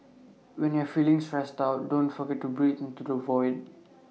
when you are feeling stressed out don't forget to breathe into the void